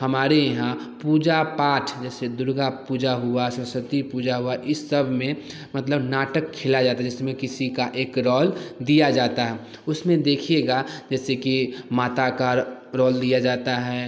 हमारे यहाँ पूजा पाठ जैसे दुर्गा पूजा हुआ सरस्वती पूजा हुआ इस सब में मतलब नाटक खेला जाता है जिसमें किसी का एक रोल दिया जाता है उसमें देखिएगा जैसे कि माता का रोल दिया जाता है